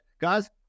guys